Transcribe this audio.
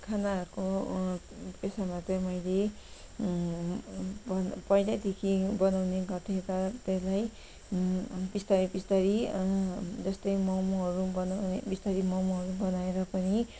खानाहरूको पेसामा चाहिँ मैले पहिलैदेखि बनाउने गर्थेँ तर त्यसलाई बिस्तारो बिस्तारो जस्तै मोमोहरू बनाउने बिस्तारो ममुहरू बनाएर पनि